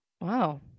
Wow